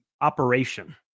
operation